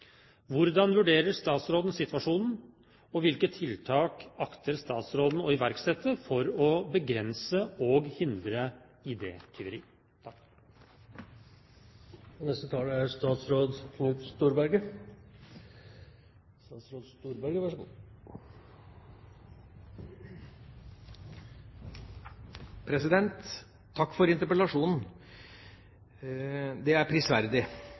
Hvordan vurderer statsråden situasjonen, og hvilke tiltak akter statsråden å iverksette for å begrense og hindre ID-tyveri? Takk for interpellasjonen. Det er prisverdig,